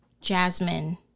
Jasmine